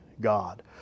God